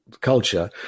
culture